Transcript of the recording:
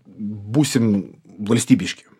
būsim valstybiški